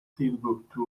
timbuktu